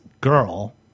girl